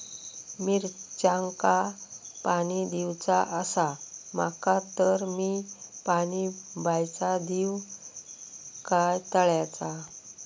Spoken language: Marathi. मिरचांका पाणी दिवचा आसा माका तर मी पाणी बायचा दिव काय तळ्याचा?